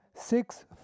six